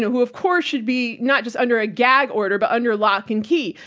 who of course should be not just under a gag order but under lock and key.